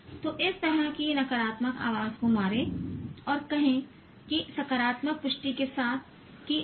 तो इस तरह की नकारात्मक आवाज को मारें और कहें कि सकारात्मक पुष्टि के साथ कि नहीं